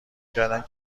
کردند